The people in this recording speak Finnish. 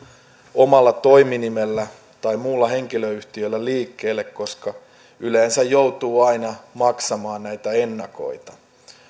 omalla toiminimellä tai muulla henkilöyhtiöllä liikkeelle koska yleensä joutuu aina maksamaan näitä ennakoita